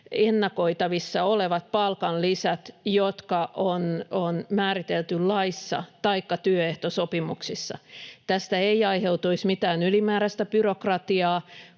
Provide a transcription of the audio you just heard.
ennakoitavissa olevat palkanlisät, jotka on määritelty laissa taikka työehtosopimuksissa. Tästä ei aiheutuisi mitään ylimääräistä byrokratiaa,